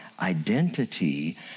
identity